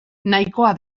nahikoa